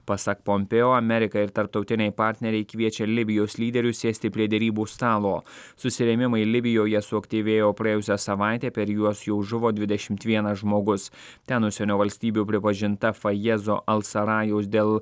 pasak pompėjo amerika ir tarptautiniai partneriai kviečia libijos lyderius sėsti prie derybų stalo susirėmimai libijoje suaktyvėjo praėjusią savaitę per juos jau žuvo dvidešimt vienas žmogus ten užsienio valstybių pripažinta fajezo al sarajaus dėl